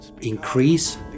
increase